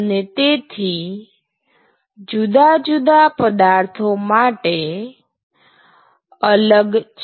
અને તેથી જુદા જુદા પદાર્થો માટે અલગ છે